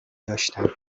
داشتم